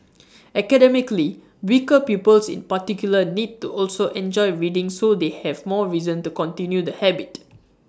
academically weaker pupils in particular need to also enjoy reading so they have more reason to continue the habit